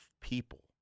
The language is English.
people